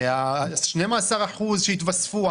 12% שהתווספו,